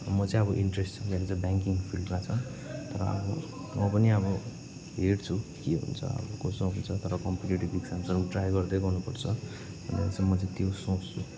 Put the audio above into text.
म चाहिँ अब इन्ट्रेस्ट छ मेरो चाहिँ ब्याङ्किक फिल्डमा छ तर अब म पनि अब हेर्छु के हुन्छ अब कसो हुन्छ तर कम्पिटेटिभ इक्जाम्सहरू पनि ट्राई गर्दै गर्नुपर्छ भनेर चाहिँ म चाहिँ त्यो सोच्छु